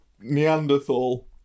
Neanderthal